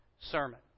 sermon